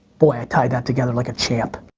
boy, i tied that together like a champ.